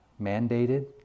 mandated